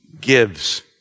gives